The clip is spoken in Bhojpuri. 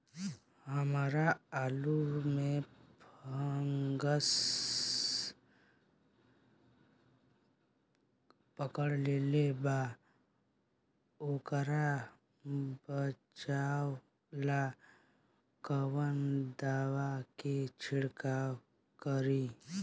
हमरा आलू में फंगस पकड़ लेले बा वोकरा बचाव ला कवन दावा के छिरकाव करी?